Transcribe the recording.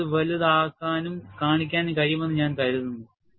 എനിക്ക് ഇത് വലുതാക്കാനും കാണിക്കാനും കഴിയുമെന്ന് ഞാൻ കരുതുന്നു